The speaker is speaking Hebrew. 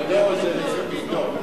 אני מבקש לדבר.